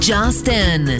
Justin